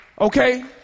Okay